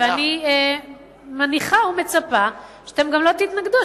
אני מניחה ומצפה שאתם לא תתנגדו,